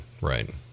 Right